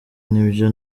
nibyo